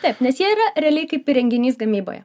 taip nes jie yra realiai kaip įrenginys gamyboje